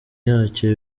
yacyo